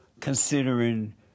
considering